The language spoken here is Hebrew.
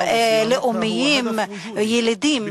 לאומיים ילידים,